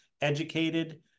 educated